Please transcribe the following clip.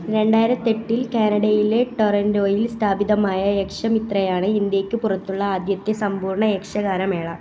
രണ്ടായിരത്തെട്ടിൽ കാനഡയിലെ ടൊറൻ്റോയിൽ സ്ഥാപിതമായ യക്ഷമിത്രയാണ് ഇന്ത്യയ്ക്ക് പുറത്തുള്ള ആദ്യത്തെ സമ്പൂർണ്ണ യക്ഷഗാനമേള